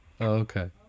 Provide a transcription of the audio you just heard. okay